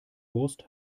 wurst